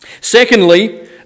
Secondly